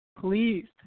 please